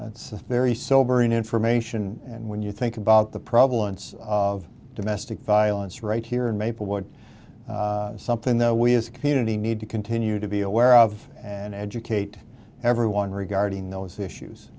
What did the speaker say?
that's very sobering information and when you think about the problems of domestic violence right here in maplewood something that we as a community need to continue to be aware of and educate everyone regarding those issues